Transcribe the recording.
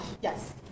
Yes